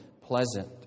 pleasant